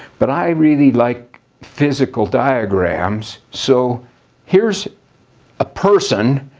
but i really like physical diagrams. so here's a person,